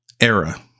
era